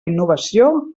innovació